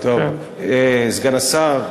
סגן השר,